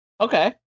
Okay